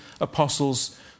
apostles